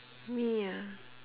me ah